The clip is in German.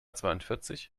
zweiundvierzig